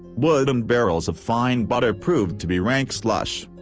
wooden barrels of fine butter proved to be rank slush.